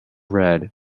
red